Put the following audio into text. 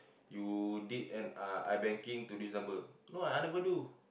you did an ah I banking to this number no ah I never do